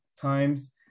times